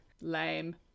Lame